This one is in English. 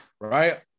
right